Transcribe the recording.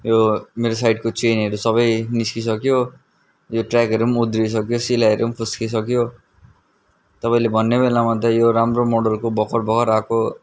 यो मेरो साइडको चेनहरू सबै निस्किसक्यो यो ट्रयाकहरू पनि उद्रिसक्यो सिलाइहरू पनि फुस्किसक्यो तपाईँले भन्ने बेलामा त यो राम्रो मोडलको भर्खर भर्खर आएको